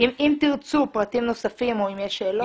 אם תרצו פרטים נוספים או אם יש שאלות, נשמח.